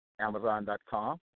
Amazon.com